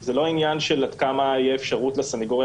זה לא העניין של עד כמה תהיה אפשרות לסנגוריה